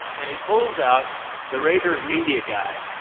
and he pulls out the raider media guide.